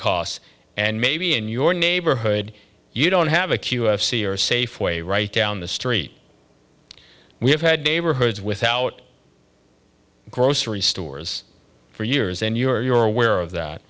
costs and maybe in your neighborhood you don't have a queue of c or safeway right down the street we have had neighborhoods without grocery stores for years and you're aware of that